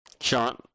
Sean